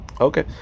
Okay